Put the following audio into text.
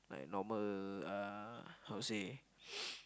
like normal uh how to say